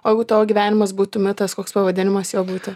o jeigu tavo gyvenimas būtų mitas koks pavadinimas jo būtų